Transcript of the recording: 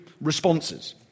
responses